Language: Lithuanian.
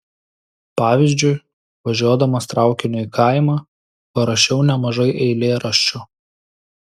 pavyzdžiui važiuodamas traukiniu į kaimą parašiau nemažai eilėraščių